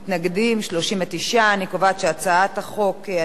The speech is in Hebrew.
39. אני קובעת שהצעת חוק הנישואין והגירושין,